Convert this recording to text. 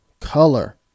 color